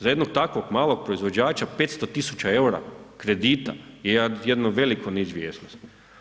Za jednog takvog malog proizvođača 500.000 EUR-a kredita je jedno veliko neizvjesnost.